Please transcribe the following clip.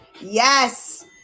Yes